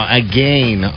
again